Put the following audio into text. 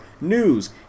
news